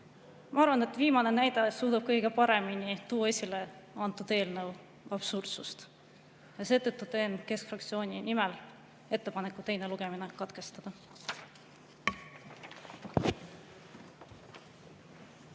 Ma arvan, et viimane näide suudab kõige paremini tuua esile selle eelnõu absurdsust. Seetõttu teen keskfraktsiooni nimel ettepaneku teine lugemine katkestada.